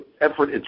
effort